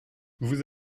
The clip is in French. vous